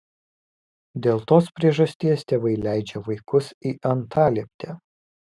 dėl tos priežasties tėvai leidžia vaikus į antalieptę